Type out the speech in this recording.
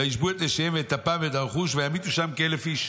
וישבו את נשיהם ואת טפם ואת הרכוש וימיתו שם כאלף איש".